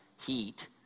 heat